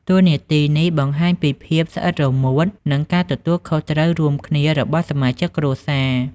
តួនាទីនេះបង្ហាញពីភាពស្អិតរមួត និងការទទួលខុសត្រូវរួមគ្នារបស់សមាជិកគ្រួសារ។